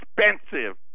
expensive